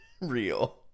real